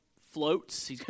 floats